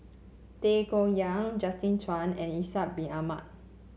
Tay Koh Yat Justin Zhuang and Ishak Bin Ahmad